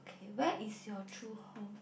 okay where is your true home